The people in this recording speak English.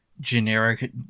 generic